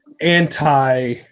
anti